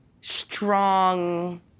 strong